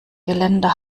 geländer